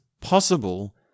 possible